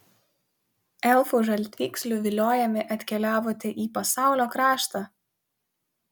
elfų žaltvykslių viliojami atkeliavote į pasaulio kraštą